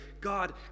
God